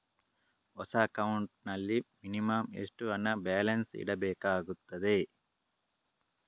ಹೊಸ ಅಕೌಂಟ್ ನಲ್ಲಿ ಮಿನಿಮಂ ಎಷ್ಟು ಹಣ ಬ್ಯಾಲೆನ್ಸ್ ಇಡಬೇಕಾಗುತ್ತದೆ?